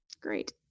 Great